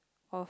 of